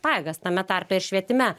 pajėgas tame tarpe ir švietime